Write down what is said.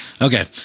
okay